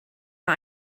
war